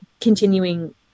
continuing